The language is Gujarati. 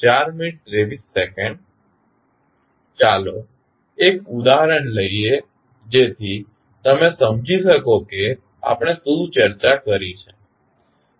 ચાલો એક ઉદાહરણ લઈએ જેથી તમે સમજી શકો કે આપણે શું ચર્ચા કરી છે